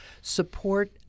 support